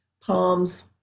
palms